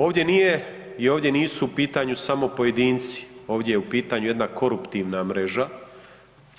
Ovdje nije i ovdje nisu u pitanju samo pojedinci, ovdje je u pitanju jedna koruptivna mreža